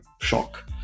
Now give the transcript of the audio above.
shock